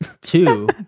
Two